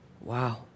Wow